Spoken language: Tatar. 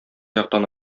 яктан